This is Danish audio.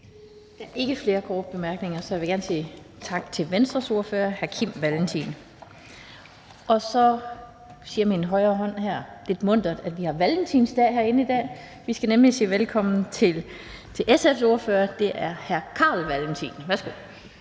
Der er ikke flere korte bemærkninger, så jeg vil gerne sige tak til Venstres ordfører, hr. Kim Valentin. Og så bliver det sagt lidt muntert her, at vi har Valentinsdag herinde i dag, for vi skal nemlig sige velkommen til SF's ordfører, hr. Carl Valentin. Værsgo.